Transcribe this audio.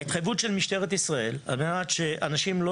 ההתחייבות של משטרת ישראל על מנת שאנשים לא